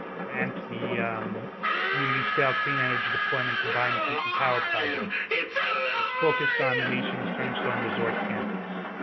grant, the community scale clean energy deployment combined heat and power project was focused on the nation's turning stone resort campus.